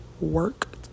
work